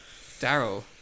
Daryl